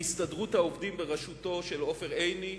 להסתדרות העובדים בראשותו של עופר עיני,